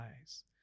eyes